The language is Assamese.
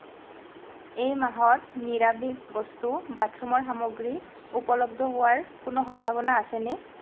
এই মাহত নিৰামিষ বস্তু বাথৰুমৰ সামগ্ৰী উপলব্ধ হোৱাৰ কোনো সম্ভাৱনা আছেনে